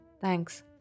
Thanks